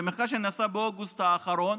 זה מחקר שנעשה באוגוסט האחרון,